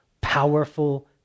powerful